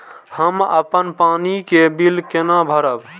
हम अपन पानी के बिल केना भरब?